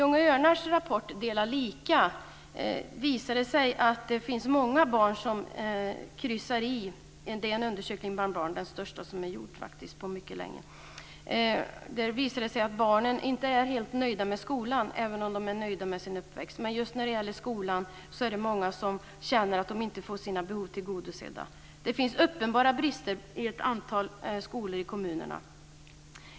Unga Örnars rapport Dela lika redovisar den största undersökning bland barn som har gjorts på mycket länge. Där visar det sig att barnen inte är helt nöjda med skolan, även om de är nöjda med sin uppväxt. Just när det gäller skolan är det många som känner att de inte får sina behov tillgodosedda. Det finns uppenbara brister på ett antal skolor i kommunerna.